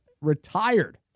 retired